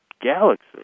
galaxy